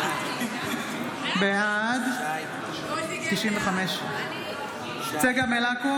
בעד צגה מלקו